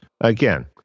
again